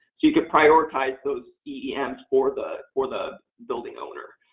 you could prioritize those eems for the for the building owner.